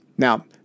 Now